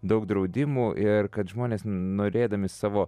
daug draudimų ir kad žmonės norėdami savo